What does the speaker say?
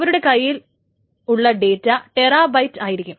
അവരുടെ കയ്യിലുള്ള data terabyte ആയിരിക്കും